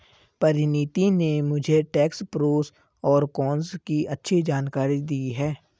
परिनीति ने मुझे tax pros और कोन्स की अच्छी जानकारी दी है